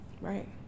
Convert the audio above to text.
right